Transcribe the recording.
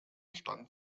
stand